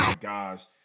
Guys